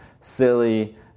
silly